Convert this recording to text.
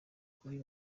kuri